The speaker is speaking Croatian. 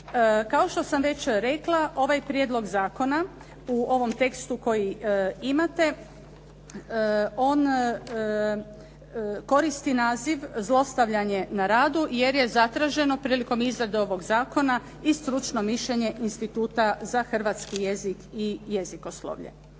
Kao što sam već rekla, ovaj prijedlog zakona u ovom tekstu koji imate, on koristi naziv zlostavljanje na radu jer je zatraženo prilikom izrade ovog zakona i stručno mišljenje Instituta za hrvatski jezik i jezikoslovlje.